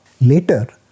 Later